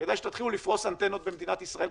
כדאי שתתחילו לפרוס אנטנות במדינת ישראל,